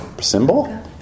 symbol